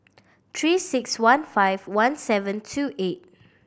Three Six One five one seven two eight